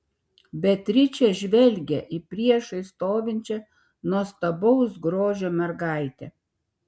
beatričė žvelgė į priešais stovinčią nuostabaus grožio mergaitę